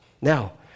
Now